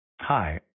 Hi